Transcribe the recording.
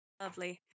lovely